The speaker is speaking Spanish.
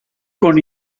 con